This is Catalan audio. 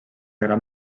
gran